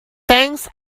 thanks